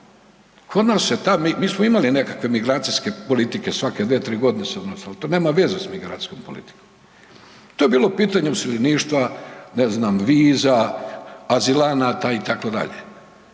Mi smo imali nekakve migracijske politike svake dvije, tri godine se donosilo, ali to nema veze s migracijskom politikom. To je bilo pitanje useljeništva, ne znam, viza, azilanata itd.